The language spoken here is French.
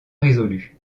résolu